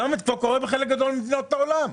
זה כבר קורה בחלק גדול ממדינות העולם.